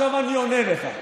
עכשיו אני עונה לך.